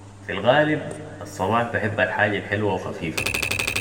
في الغالب الصباح بحب الحاجة الحلوة و خفيفة